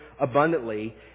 abundantly